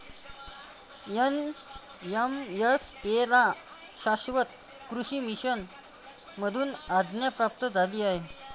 NMSA ला शाश्वत कृषी मिशन मधून आज्ञा प्राप्त झाली आहे